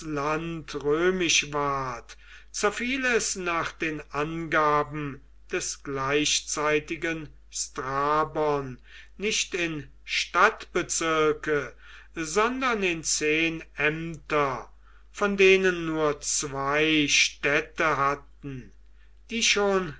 römisch ward zerfiel es nach den angaben des gleichzeitigen strabon nicht in stadtbezirke sondern in zehn ämter von denen nur zwei städte hatten die schon